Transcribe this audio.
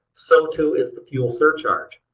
so too is the fuel surcharge.